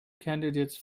candidates